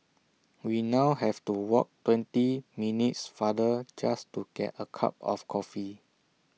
we now have to walk twenty minutes farther just to get A cup of coffee